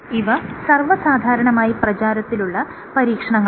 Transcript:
ഇവ സർവ്വസാധാരണമായി പ്രചാരത്തിലുള്ള പരീക്ഷണങ്ങളാണ്